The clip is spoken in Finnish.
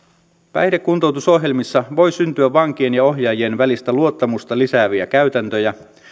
päihdekuntoutusohjelmissa voi syntyä vankien ja ohjaajien välistä luottamusta lisääviä käytäntöjä